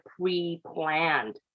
pre-planned